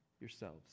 yourselves